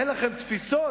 אין לכם תפיסות?